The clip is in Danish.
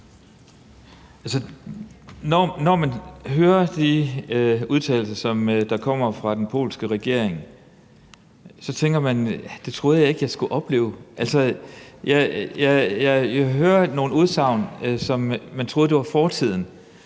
når man hører de udtalelser, der kommer fra den polske regering, så tænker man: Det troede jeg ikke jeg skulle opleve. Altså, jeg hører nogle udsagn, som man troede hørte fortiden